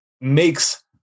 makes